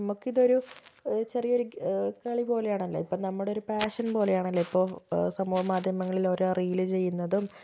നമുക്കിതൊരു ചെറിയ ഒരു ഗി കളി പോലെയാണല്ലോ ഇപ്പം നമ്മുടെ ഒരു പാഷൻ പോലെയാണല്ലോ ഇപ്പോൾ സമൂഹ മാധ്യമങ്ങളിൽ ഓരോ റീൽ ചെയ്യുന്നതും